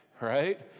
Right